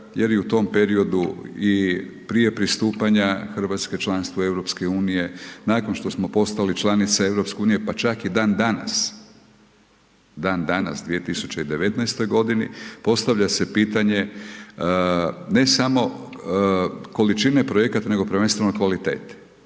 jer je u tom periodu i prije pristupanja Hrvatske članstvu EU, nakon što smo postali članica EU, pa čak i dan danas, dan danas 2019. godini postavlja se pitanje ne samo količine projekata nego prvenstveno kvalitete.